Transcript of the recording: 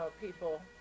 people